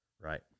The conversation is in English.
Right